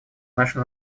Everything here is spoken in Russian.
наша